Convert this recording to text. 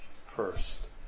first